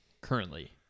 currently